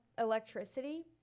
electricity